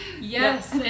Yes